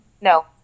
no